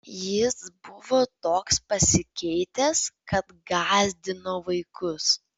jis buvo toks pasikeitęs kad gąsdino vaikus